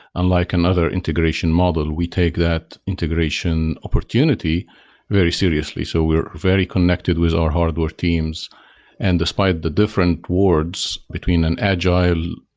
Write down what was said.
unlike another integration model, we take that integration opportunity very seriously. so we're very connected with our hardware teams and despite the different words between an agile,